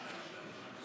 אין נמנעים.